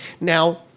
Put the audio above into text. Now